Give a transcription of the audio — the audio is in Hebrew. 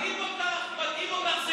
ע'דיר, מטעים אותך.